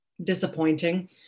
disappointing